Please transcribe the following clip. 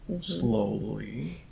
slowly